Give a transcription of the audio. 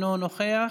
אינו נוכח.